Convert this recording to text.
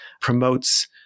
promotes